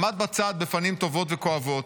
עמד בצד, בפנים טובות וכואבות,